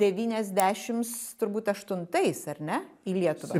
devyniasdešims turbūt aštuntais ar ne į lietuvą